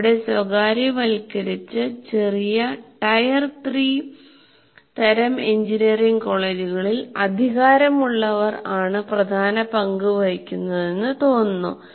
നമ്മുടെ സ്വകാര്യവൽക്കരിച്ച ചെറിയ ടയർ 3 തരം എഞ്ചിനീയറിംഗ് കോളേജുകളിൽ അധികാരമുള്ളവർ ആണ് പ്രധാന പങ്ക് വഹിക്കുന്നതെന്ന് തോന്നുന്നു